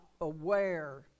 aware